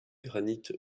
granite